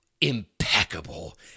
impeccable